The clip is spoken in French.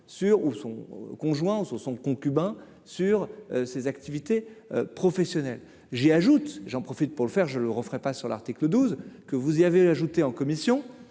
ou son conjoint, son son concubin sur ses activités professionnelles, j'ai ajoute j'en profite pour le faire, je le referais pas sur l'article 12 que vous y avez ajouté en commission